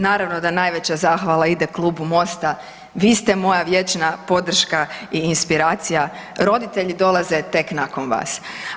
Naravno da najveća zahvala ide Klubu MOST-a, vi ste moja vječna podrška i inspiracija, roditelji dolaze tek nakon vas.